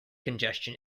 congestion